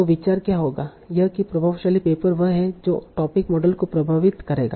तो विचार क्या होगा यह की प्रभावशाली पेपर वह है जो टोपिक मॉडल को प्रभावित करेगा